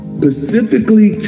specifically